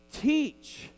teach